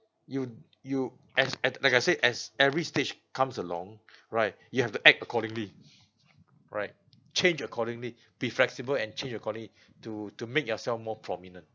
you you as at like I said as every stage comes along right you have to act accordingly right change accordingly be flexible and change accordingly to to make yourself more prominent